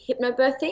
hypnobirthing